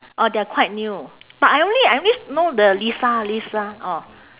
orh they are quite new but I only I only know the lisa lisa orh